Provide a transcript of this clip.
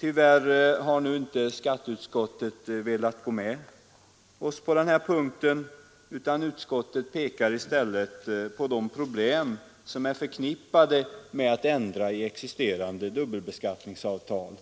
Tyvärr har inte skatteutskottet velat gå med oss på denna punkt. Utskottet pekar i stället på de problem som är förknippade med att ändra existerande dubbelbeskattningsavtal.